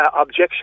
objection